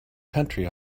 country